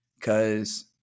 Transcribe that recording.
cause